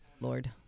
Lord